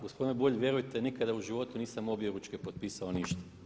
Gospodine Bulj vjerujte nikada u životu nisam objeručke potpisao ništa.